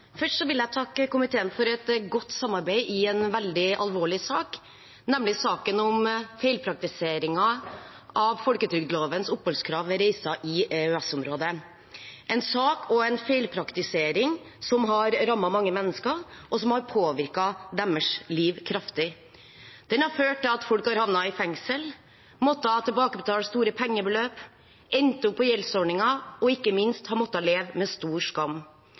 Først vil jeg takke komiteen for et godt samarbeid i en veldig alvorlig sak, nemlig saken om feilpraktiseringen av folketrygdlovens oppholdskrav ved reiser i EØS-området, en sak og en feilpraktisering som har rammet mange mennesker, og som har påvirket deres liv kraftig. Det har ført til at folk har havnet i fengsel, måttet tilbakebetale store pengebeløp, endt opp på gjeldsordninger og ikke minst måttet leve med stor skam.